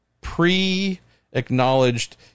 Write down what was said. pre-acknowledged